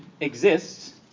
exists